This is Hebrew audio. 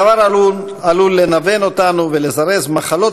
הדבר עלול לנוון אותנו ולזרז מחלות